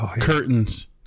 Curtains